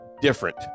different